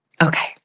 Okay